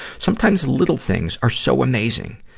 sometimes little things are so amazing.